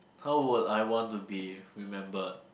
how would I want to be remembered